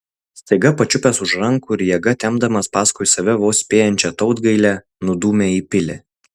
staiga pačiupęs už rankų ir jėga tempdamas paskui save vos spėjančią tautgailę nudūmė į pilį